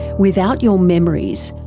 without your memories,